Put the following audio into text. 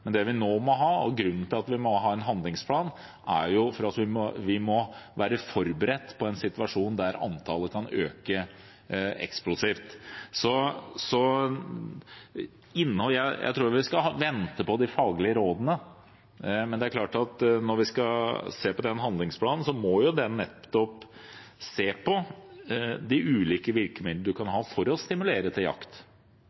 Men grunnen til at vi nå må ha en handlingsplan, er at vi må være forberedt på en situasjon der antallet kan øke eksplosivt. Jeg tror vi skal vente på de faglige rådene, men man må i handlingsplanen nettopp se på de ulike virkemidlene man kan ha for å stimulere til jakt, som det er nærliggende å tro at vi